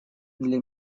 для